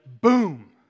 boom